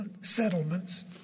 settlements